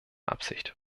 absicht